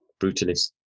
brutalist